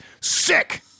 Sick